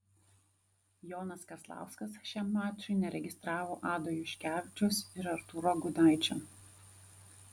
jonas kazlauskas šiam mačui neregistravo ado juškevičiaus ir artūro gudaičio